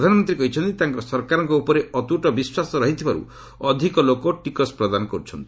ପ୍ରଧାନମନ୍ତ୍ରୀ କହିଛନ୍ତି ତାଙ୍କ ସରକାରଙ୍କ ଉପରେ ଅତ୍ତ୍ରଟ ବିଶ୍ୱାସ ରହିଥିବାରୁ ଅଧିକ ଲୋକ ଟିକସ ପ୍ରଦାନ କରୁଛନ୍ତି